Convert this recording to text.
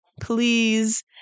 please